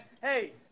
Hey